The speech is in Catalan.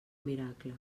miracle